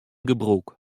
gebrûk